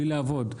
בלי לעבוד.